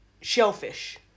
shellfish